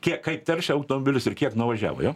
kiek kaip teršia automobilis ir kiek nuvažiavo jo